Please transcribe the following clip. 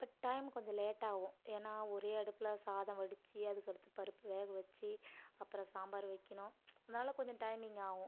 time கொஞ்சம் லேட்டாகும் ஏன்னா ஒரே அடுப்பில் சாதம் வடித்து அதுக்கடுத்து பருப்பு வேக வச்சு அப்புறம் சாம்பார் வைக்கணும் அதனால் கொஞ்சம் டைமிங் ஆகும்